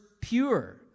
pure